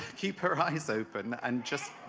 keep her eyes open and just.